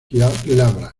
glabras